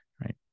right